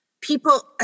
people